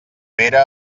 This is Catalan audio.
pere